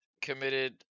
committed